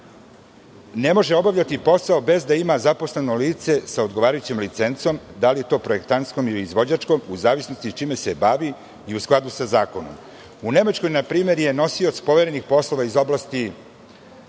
ne može obavljati posao bez da ima zaposleno lice sa odgovarajućom licencom, da li projektantskom ili izvođačkom, u zavisnosti čime se bavi i u skladu sa zakonom.U Nemačkoj, na primer, je nosilac poverenih poslova iz oblasti